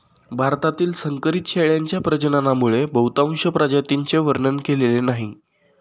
भारतातील संकरित शेळ्यांच्या प्रजननामुळे बहुतांश प्रजातींचे वर्णन केलेले नाही